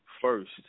first